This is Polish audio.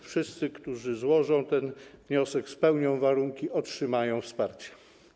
Wszyscy, którzy złożą wniosek, spełnią warunki, otrzymają wsparcie.